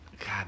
God